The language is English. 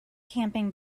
camping